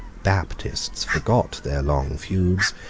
baptists, forgot their long feuds,